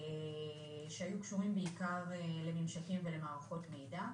פערים שהיו קשורים לממשקים ולמערכות מידע.